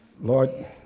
Lord